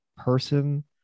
person